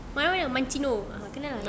man mana mancino ah kenal ah